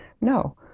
No